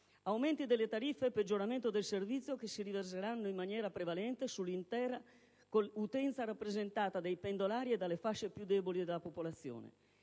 aumenti delle tariffe e il peggioramento del servizio si riverseranno in maniera prevalente sull'intera utenza rappresentata dai pendolari e dalle fasce più deboli della popolazione.